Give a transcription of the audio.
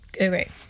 okay